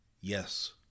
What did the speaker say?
Yes